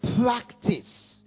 practice